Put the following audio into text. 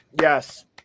Yes